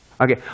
Okay